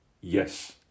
Yes